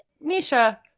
Misha